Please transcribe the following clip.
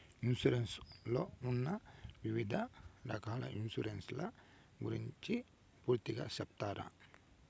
Insurance లో ఉన్న వివిధ రకాల ఇన్సూరెన్సు ల గురించి పూర్తిగా సెప్తారా?